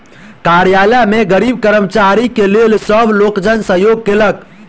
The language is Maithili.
कार्यालय में गरीब कर्मचारी के लेल सब लोकजन सहयोग केलक